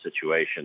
situation